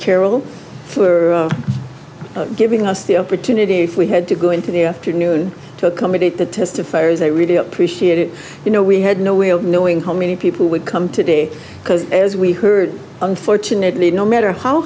carroll for giving us the opportunity if we had to go into the afternoon to accommodate the testifiers they really appreciate it you know we had no way of knowing how many people would come today because as we heard unfortunately no matter how